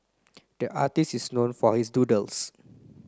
the artist is known for his doodles